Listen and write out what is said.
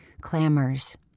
clamors